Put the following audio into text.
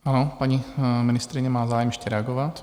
Ano, paní ministryně má zájem ještě reagovat.